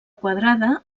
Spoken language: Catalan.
quadrada